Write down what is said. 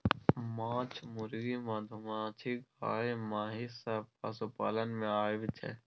माछ, मुर्गी, मधुमाछी, गाय, महिष सब पशुपालन मे आबय छै